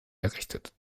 errichtet